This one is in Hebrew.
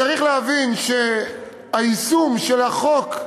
צריך להבין שהיישום של החוק,